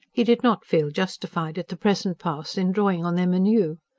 he did not feel justified at the present pass in drawing on them anew.